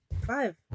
Five